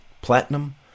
platinum